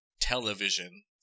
television